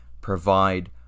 provide